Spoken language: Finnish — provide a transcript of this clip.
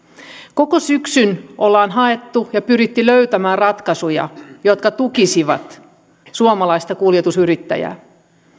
koko syksyn olemme hakeneet ja pyrkineet löytämään ratkaisuja jotka tukisivat suomalaista kuljetusyrittäjää